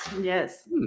yes